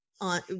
on